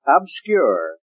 obscure